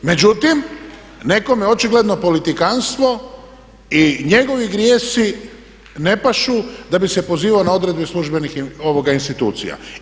Međutim, nekome očigledno politikantstvo i njegovi grijesi ne pašu da bi se pozivao na odredbe službenih institucija.